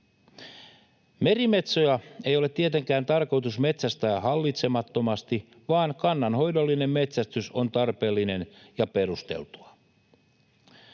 Merimetsoja ei ole tietenkään tarkoitus metsästää hallitsemattomasti, mutta kannanhoidollinen metsästys on tarpeellista ja perusteltua.